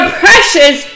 precious